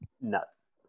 Nuts